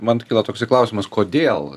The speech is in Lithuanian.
man kilo toks klausimas kodėl